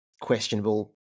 questionable